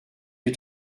les